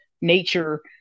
nature